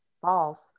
false